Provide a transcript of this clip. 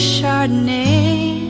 Chardonnay